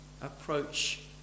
approach